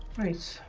ice